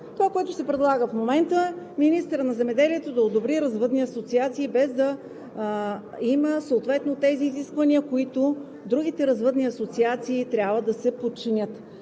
Това, което се предлага в момента, е министърът на земеделието да одобри развъдни асоциации, без да има тези изисквания, на които другите развъдни асоциации трябва да се подчинят.